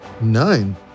Nine